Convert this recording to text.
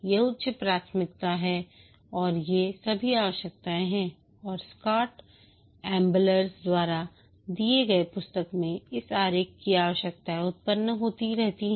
ये उच्च प्राथमिकता हैं और ये सभी आवश्यकताएं हैं और स्कॉट एंबलर्स द्वारा दिए गई पुस्तक में इस आरेख की आवश्यकताएं उत्पन्न होती रहती हैं